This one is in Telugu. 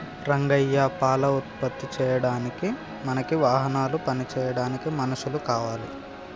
రంగయ్య పాల ఉత్పత్తి చేయడానికి మనకి వాహనాలు పని చేయడానికి మనుషులు కావాలి